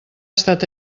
estat